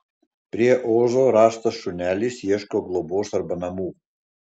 prie ozo rastas šunelis ieško globos arba namų